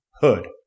hood